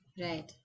right